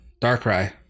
Darkrai